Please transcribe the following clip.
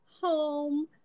home